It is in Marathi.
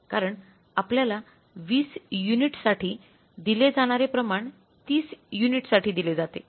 कारण आपल्याला 20 युनिटसाठी दिले जाणारे प्रमाण 30 युनिट्ससाठी दिले जाते